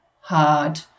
hard